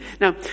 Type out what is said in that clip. Now